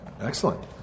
Excellent